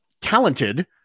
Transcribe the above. talented